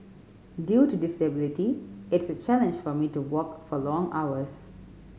due to disability it's a challenge for me to walk for long hours